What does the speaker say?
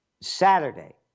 Saturday